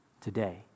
today